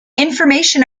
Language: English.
information